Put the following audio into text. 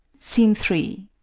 scene three.